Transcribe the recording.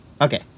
Okay